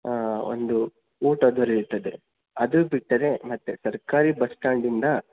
ಒಂದು ಊಟ ದೊರೆಯುತ್ತದೆ ಅದು ಬಿಟ್ಟರೆ ಮತ್ತೆ ಸರ್ಕಾರಿ ಬಸ್ ಸ್ಟ್ಯಾಂಡಿಂದ